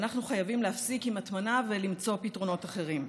ואנחנו חייבים להפסיק עם הטמנה ולמצוא פתרונות אחרים.